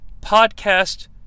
podcast